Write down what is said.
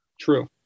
True